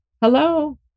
Hello